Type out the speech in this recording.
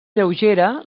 lleugera